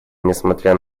несмотря